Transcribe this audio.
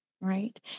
right